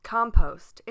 Compost